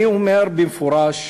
ואני אומר במפורש,